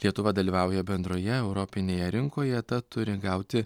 lietuva dalyvauja bendroje europinėje rinkoje tad turi gauti